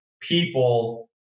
people